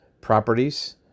properties